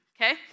okay